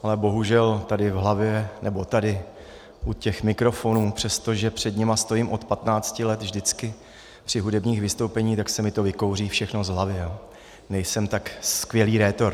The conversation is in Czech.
Ale bohužel tady v hlavě nebo tady u těch mikrofonů, přestože před nimi stojím od patnácti let vždycky při hudebních vystoupeních, tak se mi to vykouří všechno z hlavy a nejsem tak skvělý rétor.